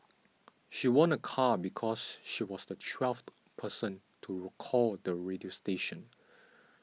she won a car because she was the twelfth person to recall the radio station